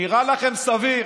נראה לכם סביר